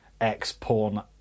ex-porn